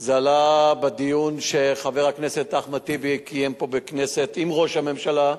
זה עלה בדיון שחבר הכנסת אחמד טיבי קיים פה בכנסת עם ראש הממשלה,